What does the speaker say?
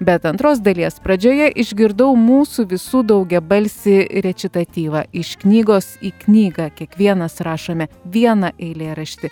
bet antros dalies pradžioje išgirdau mūsų visų daugiabalsį rečitatyvą iš knygos į knygą kiekvienas rašome vieną eilėraštį